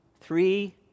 three